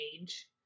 age